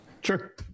sure